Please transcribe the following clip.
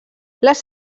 les